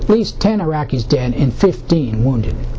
at least ten iraqis dead and fifteen wounded